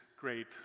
great